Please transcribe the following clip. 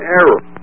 error